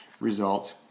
result